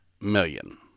million